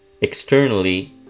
externally